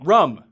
Rum